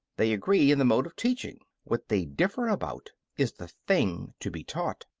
they agree in the mode of teaching what they differ about is the thing to be taught.